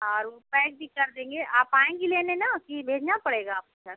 और वो पैक भी कर देंगे आप आएँगी लेने ना कि भेजना पड़ेगा आप के साथ